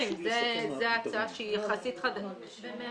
זו הצעה שהיא יחסית חדשה.